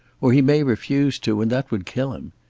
or he may refuse to, and that would kill him.